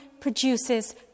produces